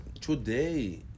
today